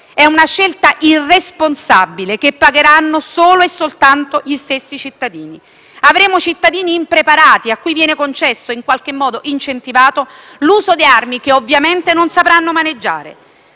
È una scelta irresponsabile che pagheranno solo e soltanto gli stessi cittadini. Avremo cittadini impreparati, a cui viene concesso, e in qualche modo incentivato, l'uso di armi che ovviamente non sapranno maneggiare.